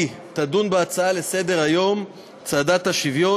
תדון בהצעות לסדר-היום: צעדת השוויון,